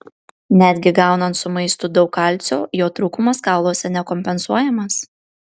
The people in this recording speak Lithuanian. netgi gaunant su maistu daug kalcio jo trūkumas kauluose nekompensuojamas